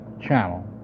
channel